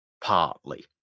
Partly